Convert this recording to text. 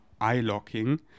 eye-locking